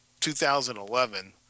2011